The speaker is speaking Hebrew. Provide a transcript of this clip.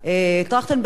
טרכטנברג המליץ,